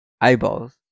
Eyeballs